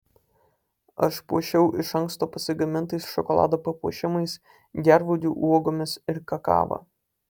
aš puošiau iš anksto pasigamintais šokolado papuošimais gervuogių uogomis ir kakava